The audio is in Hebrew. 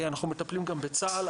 אנחנו מטפלים גם בצה"ל.